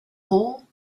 hole